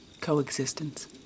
coexistence